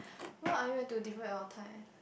what are you to divide your time